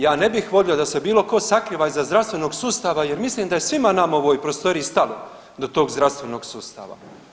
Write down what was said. Ja ne bih volio da se bilo tko sakriva iza zdravstvenog sustava jer mislim da je svima nama u ovoj prostoriji stalo do tog zdravstvenog sustava.